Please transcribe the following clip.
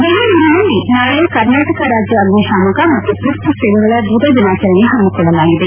ಬೆಂಗಳೂರಿನಲ್ಲಿ ನಾಳೆ ಕರ್ನಾಟಕ ರಾಜ್ಯ ಅಗ್ನಿಶಾಮಕ ಮತ್ತು ತುರ್ತು ಸೇವೆಗಳ ಧ್ವಜ ದಿನಾಚರಣೆ ಪಮ್ಮಿಕೊಳ್ಳಲಾಗಿದೆ